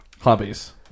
hobbies